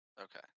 Okay